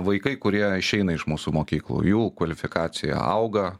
vaikai kurie išeina iš mūsų mokyklų jų kvalifikacija auga